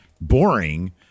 boring